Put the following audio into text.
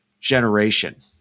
generation